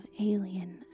Alien